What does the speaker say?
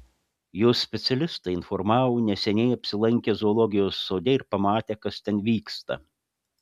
jos specialistai informavo neseniai apsilankę zoologijos sode ir pamatę kas ten vyksta